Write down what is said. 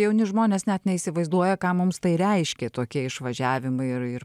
jauni žmonės net neįsivaizduoja ką mums tai reiškė tokie išvažiavimai ir ir